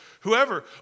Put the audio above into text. whoever